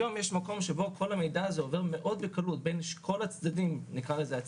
היום יש מקום שבו כל המידע הזה עובר בקלות רבה בין כל הצדדים לעסקה.